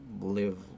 live